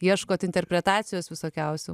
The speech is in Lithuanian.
ieškot interpretacijos visokiausių